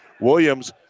Williams